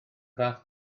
fath